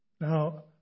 Now